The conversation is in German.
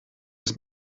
das